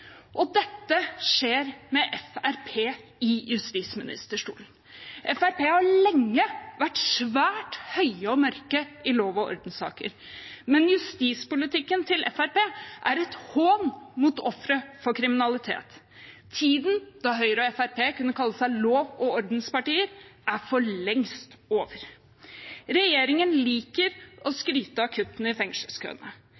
Og dette skjer med Fremskrittspartiet i justisministerstolen. Fremskrittspartiet har lenge vært svært høye og mørke i lov og ordens-saker, men justispolitikken til Fremskrittspartiet er en hån mot ofre for kriminalitet. Tiden da Høyre og Fremskrittspartiet kunne kalle seg lov og orden-partier, er for lengst over. Regjeringen liker å